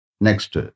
Next